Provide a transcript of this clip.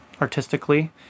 artistically